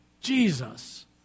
Jesus